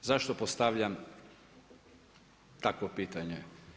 Zašto postavljam takvo pitanje.